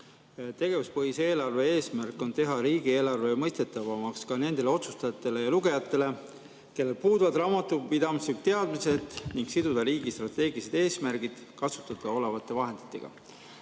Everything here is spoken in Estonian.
Tegevuspõhise eelarve eesmärk on teha riigieelarve mõistetavamaks ka nendele otsustajatele ja lugejatele, kellel puuduvad raamatupidamislikud teadmised, ning siduda riigi strateegilised eesmärgid kasutada olevate vahenditega.